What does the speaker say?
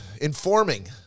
Informing